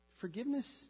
Forgiveness